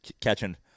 Catching